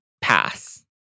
Pass